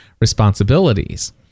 responsibilities